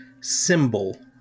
symbol